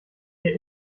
mir